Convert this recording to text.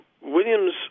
Williams